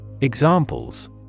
Examples